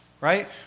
right